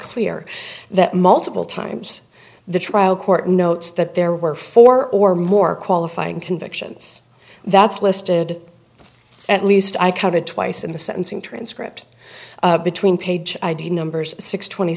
clear that multiple times the trial court notes that there were four or more qualifying convictions that's listed at least i counted twice in the sentencing transcript between page id numbers six twenty